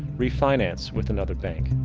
refinance with another bank.